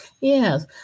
Yes